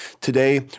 Today